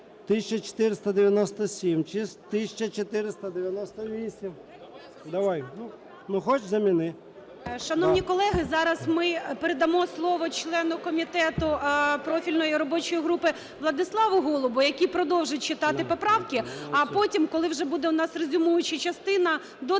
ГЕРАЩЕНКО І.В. ГОЛОВУЮЧИЙ. Шановні колеги, зараз ми передамо слово члену комітету профільної робочої групи Владиславу Голубу, який продовжить читати поправки. А потім, коли вже буде в нас резюмуюча частина, до